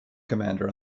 commander